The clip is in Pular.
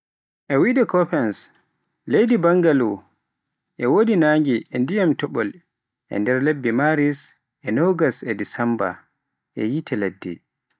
E wiyde Koppens leydi Bangalo e wodi nange e dyiman topol e nder lebbe Maris e nogas e Desemba e yiite ladde.